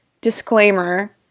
disclaimer